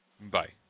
Bye